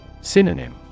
Synonym